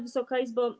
Wysoka Izbo!